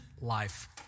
life